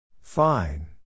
Fine